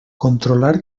controlar